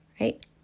right